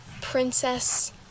princess